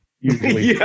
usually